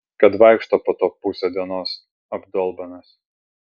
kad vaikšto po to pusę dienos abdolbanas